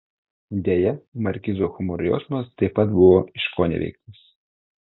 deja markizo humoro jausmas taip buvo iškoneveiktas